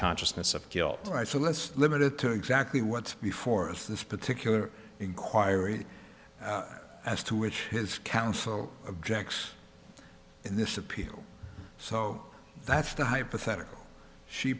consciousness of guilt right so let's limit it to exactly what's before of this particular inquiry as to which his counsel objects in this appeal so that's the hypothetical she